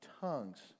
tongues